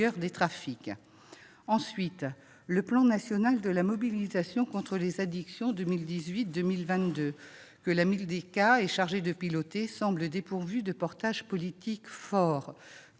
Ensuite, le Plan national de mobilisation contre les addictions 2018-2022, que la Mildeca est chargée de piloter, semble dépourvu de portage politique fort.